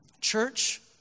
church